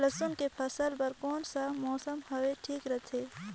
लसुन के फसल बार कोन सा मौसम हवे ठीक रथे?